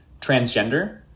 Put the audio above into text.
transgender